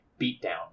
beatdown